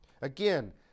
Again